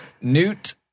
Newt